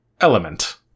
element